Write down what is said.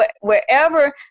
wherever